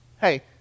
hey